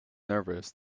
nervous